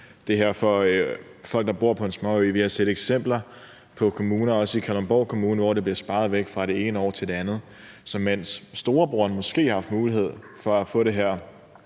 Vi har set eksempler på kommuner, også Kalundborg Kommune, hvor det bliver sparet væk fra det ene år til det andet. Så mens storebroderen måske har haft mulighed for at få den her